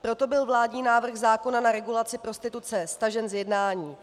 Proto byl vládní návrh zákona na regulaci prostituce stažen z jednání.